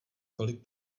kolik